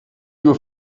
you